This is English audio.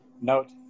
note